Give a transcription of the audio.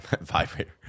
vibrator